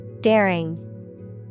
Daring